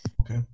Okay